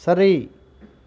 சரி